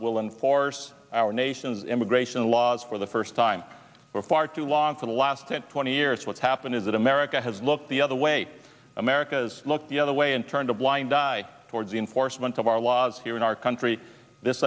will enforce our nation's immigration laws for the first time for far too long for the last ten twenty years what's happened is that america has looked the other way america has looked the other way and turned a blind eye towards the enforcement of our laws here in our country this